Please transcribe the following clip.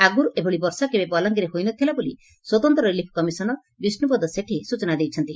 ଆଗର୍ ଏଭଳି ବର୍ଷା କେବେ ବଲାଙ୍ଗିରରେ ହୋଇନଥିଲା ବୋଲି ସ୍ୱତନ୍ତ ରିଲିଫ୍ କମିଶନର ବିଷ୍ଡପଦ ସେଠୀ ସ୍ଚନାଦେଇଛନ୍ତି